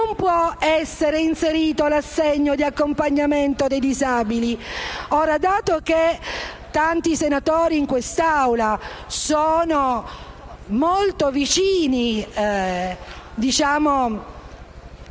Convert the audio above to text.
non può essere inserito l'assegno di accompagnamento dei disabili. Dato che tanti senatori in questa Assemblea sono molto vicini ai